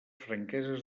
franqueses